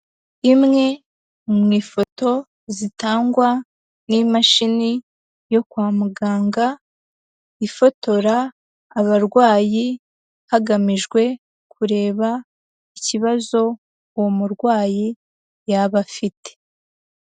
Imwe mu ifoto zitangwa n'imashini yo kwa muganga, ifotora abarwayi hagamijwe kureba ikibazo uwo murwayi yaba afite.